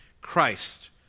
Christ